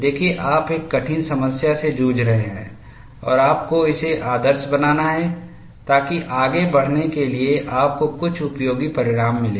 देखिए आप एक कठिन समस्या से जूझ रहे हैं और आपको इसे आदर्श बनाना है ताकि आगे बढ़ने के लिए आपको कुछ उपयोगी परिणाम मिलें